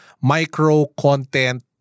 micro-content